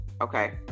okay